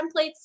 templates